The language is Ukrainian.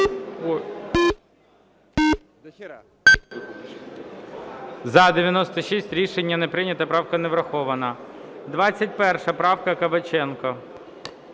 За-96 Рішення не прийнято. Правка не врахована. 21 правка, Кабаченко.